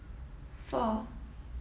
four